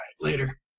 later